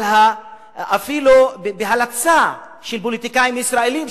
אפילו בהלצה של פוליטיקאים ישראלים,